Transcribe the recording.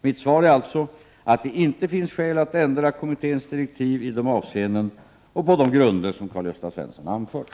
Mitt svar är alltså att det inte finns skäl att ändra kommitténs direktiv i de avseenden och på de grunder som Karl-Gösta Svenson anfört.